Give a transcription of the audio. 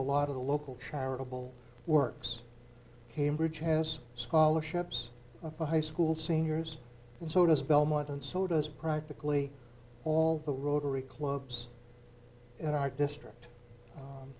a lot of the local charitable works cambridge has scholarships for high school seniors and so does belmont and so does practically all the rotary clubs in our district